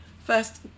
First